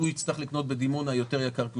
הוא יצטרך לקנות בדימונה יותר יקר,